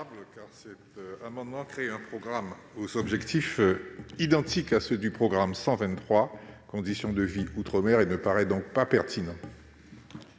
Merci